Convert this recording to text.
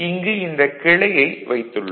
இங்கு இந்தக் கிளையை வைத்துள்ளோம்